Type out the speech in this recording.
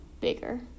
bigger